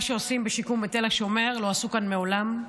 מה שעושים בשיקום בתל השומר לא עשו כאן מעולם.